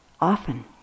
often